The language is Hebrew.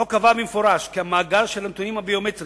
החוק קובע במפורש כי מאגר הנתונים הביומטריים